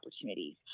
opportunities